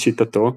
לשיטתו,